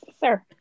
sir